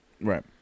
Right